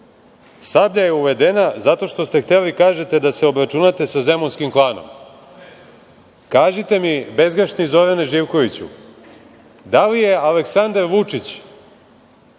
„Sablja“ je uvedena zato što ste hteli, kažete, da se obračunate sa zemunskim klanom. Kažite mi, bezgrešni Zorane Živkoviću, da li je Aleksandar Vučić,